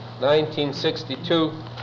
1962